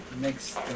next